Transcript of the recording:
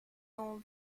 dans